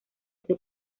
ese